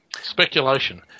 Speculation